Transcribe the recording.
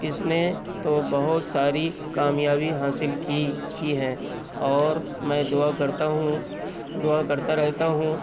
اس نے تو بہت ساری کامیابی حاصل کی کی ہے اور میں دعا کرتا ہوں دعا کرتا رہتا ہوں